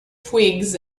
twigs